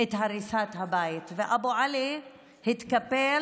הריסת הבית, ואבו עלי התקפל